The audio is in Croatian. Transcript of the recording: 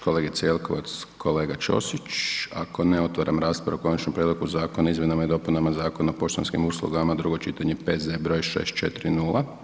Kolegice Jelkovac, kolega Ćosić, ako ne otvaram raspravu o: - Konačnom prijedlogu Zakona o izmjenama i dopunama Zakona o poštanskim uslugama, drugo čitanje, P.Z.E. br. 640.